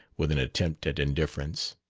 with an attempt at indifference.